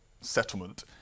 settlement